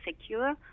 secure